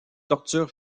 tortures